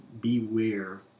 beware